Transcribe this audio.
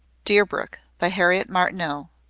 deerbrook, by harriet martineau.